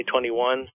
2021